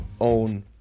own